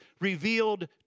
revealed